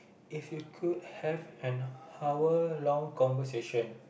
if you could have an hour long conversation